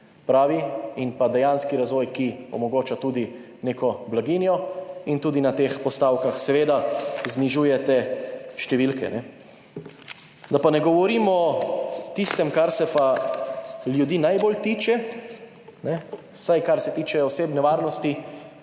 pa dejanski razvoj, ki omogoča tudi neko blaginjo in tudi na teh postavkah seveda znižujete številke. Da pa ne govorim o tistem, kar se pa ljudi najbolj tiče, vsaj kar se tiče osebne varnosti